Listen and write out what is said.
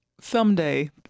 Someday